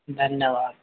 धन्यवाद